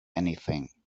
anything